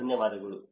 ತುಂಬ ಧನ್ಯವಾದಗಳು